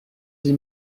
dix